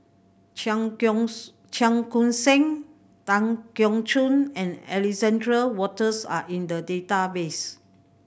Cheong Cheong Koon Seng Tan Keong Choon and Alexander Wolters are in the database